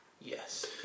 yes